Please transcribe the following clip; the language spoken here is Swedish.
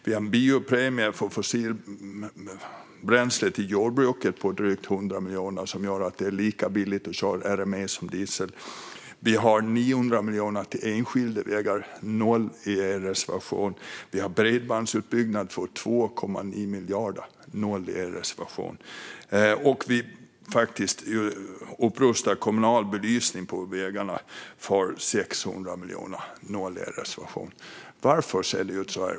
Vi har en biopremie på drygt 100 miljoner för bränsle till jordbruket som gör det lika billigt att köra med RME som med diesel. Vi har 900 miljoner till enskilda vägar, men ni har noll i er reservation. Vi har 2,9 miljarder till bredbandsutbyggnad, men ni har noll i er reservation. Vi har också 600 miljoner kronor till kommunal belysning på vägarna, men ni har noll i er reservation. Varför ser det ut så här?